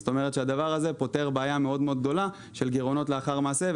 כלומר זה פותר בעיה מאוד מאוד גדולה של גירעונות לאחר מעשה,